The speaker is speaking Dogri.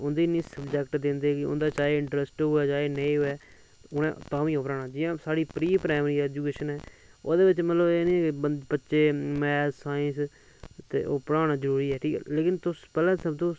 उनैं गी सबजैक्ट दिंदे उंदा चाहे ईंट्रस्ट होऐ जां नीं होऐ उनै तां बी ओह् पढाना जियां सारी प्री प्राईम्री ऐजुकेशन ऐ ओह्दे बिच मतलव मैथ सांईस ते ओह् पढाना जरूरी ऐ ते मतलव तुस